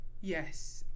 Yes